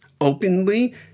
openly